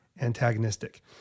antagonistic